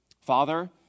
Father